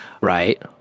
right